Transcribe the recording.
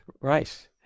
right